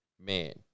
man